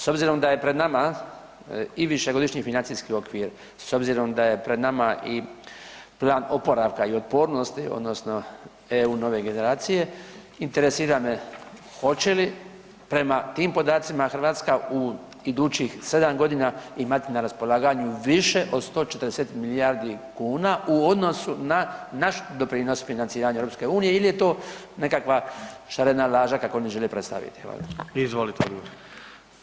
S obzirom da je pred nama i višegodišnji financijski okvir, s obzirom da je pred nama i plan oporavka i otpornosti odnosno EU Nove generacije, interesira me hoće li prema tim podacima Hrvatska u idućih 7.g. imati na raspolaganju više od 140 milijardi kuna u odnosu na naš doprinos financiranju EU ili je to nekakva šarena laža, kako oni žele predstaviti ovdje?